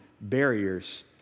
barriers